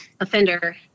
offender